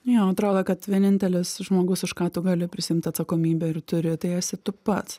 jo atrodo kad vienintelis žmogus už ką tu gali prisiimt atsakomybę ir turi tai esi tu pats